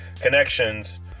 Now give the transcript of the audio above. connections